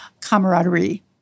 camaraderie